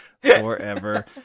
forever